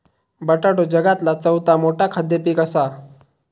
बटाटो जगातला चौथा मोठा खाद्य पीक असा